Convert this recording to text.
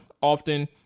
often